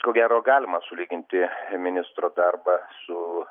ko gero galima sulyginti ministro darbą su